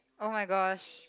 oh-my-gosh